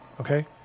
okay